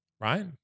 Right